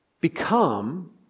become